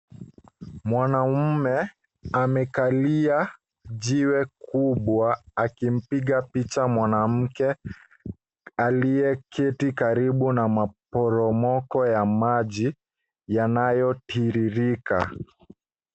Mwanaume amekalia jiwe kubwa akimpiga picha mwanamke aliyeketi karibu na maporomoko ya maji yanayotiririka.